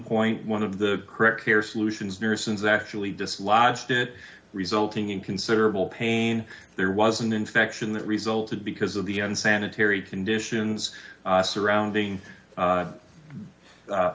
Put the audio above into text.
point one of the correct care solutions nurses actually dislodged it resulting in considerable pain there was an infection that resulted because of the unsanitary conditions surrounding